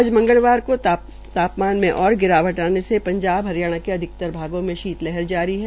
आज मंगलवार को तापमान में ओर गिरावट आने से पंजाब हरियाणा के अधिकतर भागों में शीत लहर जारी है